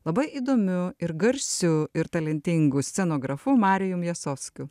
labai įdomiu ir garsiu ir talentingu scenografu marijum jacovskiu